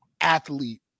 athlete